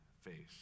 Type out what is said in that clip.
face